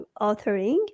authoring